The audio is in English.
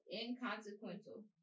inconsequential